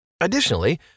Additionally